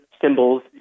symbols